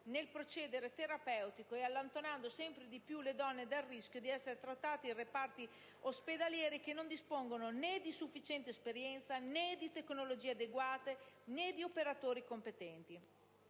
nel procedere terapeutico e allontanando sempre più le donne dal rischio di essere trattate in reparti ospedalieri che non dispongono né di sufficiente esperienza, né di tecnologie adeguate, né di operatori competenti.